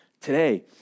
today